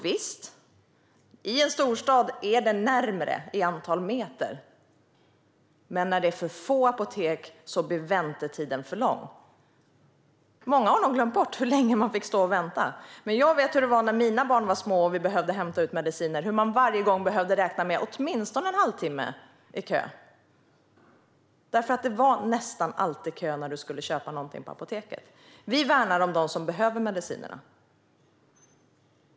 Visst: I en storstad är det närmare räknat i antal meter, men när det finns för få apotek blir väntetiden för lång. Många har nog glömt bort hur länge man fick stå och vänta, men jag vet hur det var när mina barn var små och vi behövde hämta ut mediciner. Jag vet hur man varje gång behövde räkna med åtminstone en halvtimme i kö, för det var nästan alltid kö när man skulle köpa någonting på apoteket. Vi värnar om dem som behöver medicinerna.